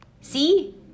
See